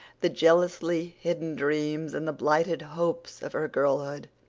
the jealously hidden dreams and the blighted hopes of her girlhood,